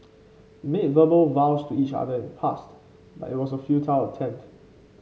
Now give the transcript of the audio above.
verbal vows to each other in the past but it was a futile attempt